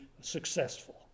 successful